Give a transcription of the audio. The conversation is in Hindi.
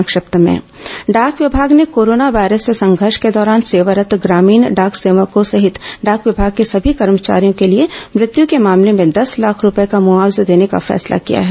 संक्षिप्त समाचार डाक विभाग ने कोरोना वायरस से संघर्ष के दौरान सेवारत् ग्रामीण डाक सेवकों सहित डाक विभाग के सभी कर्मचारियों के लिए मृत्य के मामले में दस लाख रूपये का मुआवजा देने का फैसला किया है